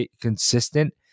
consistent